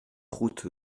route